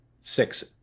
six